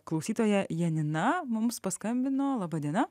klausytoja janina mums paskambino laba diena